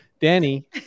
Danny